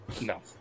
No